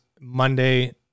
Monday